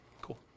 Cool